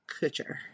Kutcher